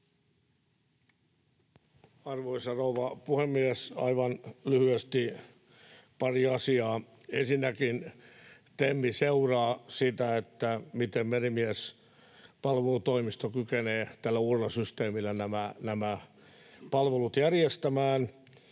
Arvoisa rouva puhemies! Aivan lyhyesti pari asiaa. Ensinnäkin TEM seuraa sitä, miten Merimiespalvelutoimisto kykenee tällä uudella systeemillä nämä palvelut järjestämään.